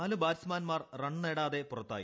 നാലു ബാറ്റ്കൂ്മാൻമാർ റൺ നേടാതെ പുറത്തായി